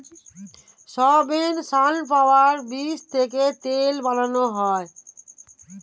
soybean, sunflower বীজ থেকে তেল বানানো হয়